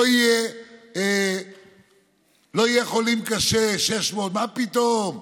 לא יהיו 600 חולים קשה, מה פתאום,